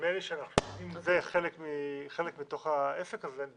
אם זה חלק מתוך העסק הזה,